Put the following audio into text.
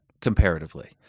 comparatively